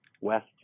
west